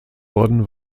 worden